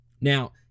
Now